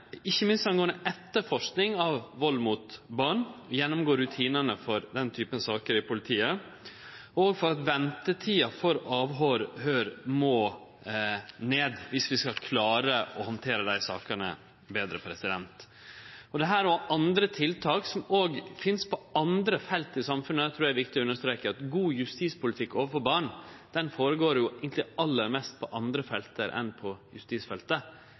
ikkje minst når det gjeld etterforsking av vald mot barn. Vi må gjennomgå rutinane for den typen saker i politiet, og ventetida for avhøyr må ned viss vi skal klare å handtere desse sakene betre. Det er viktig å understreke at desse og andre tiltak – òg på andre felt i samfunnet, for god justispolitikk overfor barn føregår jo eigentleg aller mest på andre felt enn på justisfeltet